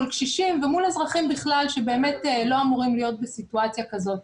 מול קשישים ומול אזרחים בכלל שלא אמורים לא בסיטואציה כזאת.